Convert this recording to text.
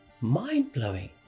mind-blowing